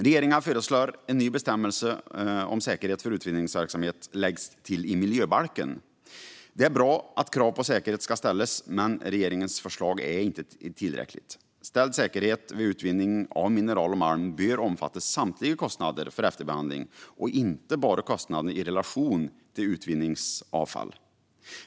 Regeringen föreslår att en ny bestämmelse om säkerhet för utvinningsverksamhet läggs till i miljöbalken. Det är bra att krav på säkerhet ska ställas, men regeringens förslag är inte tillräckligt. Ställd säkerhet vid utvinning av mineral och malm bör omfatta samtliga kostnader för efterbehandling, inte bara kostnaderna i relation till utvinningsavfall.